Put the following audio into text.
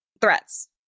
threats